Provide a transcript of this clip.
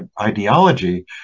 ideology